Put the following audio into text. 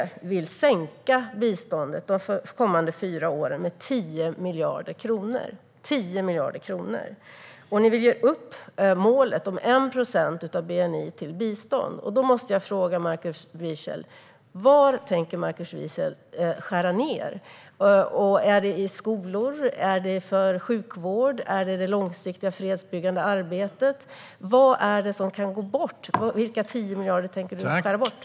SD vill sänka biståndet de kommande fyra åren med 10 miljarder kronor. Ni vill ge upp målet om 1 procent av bni till bistånd. Var tänker Markus Wiechel skära ned? Är det i skolor, i sjukvård eller i det långsiktiga fredsbyggande arbetet? Vad kan gå bort? Var tänker du skära ned de 10 miljarderna?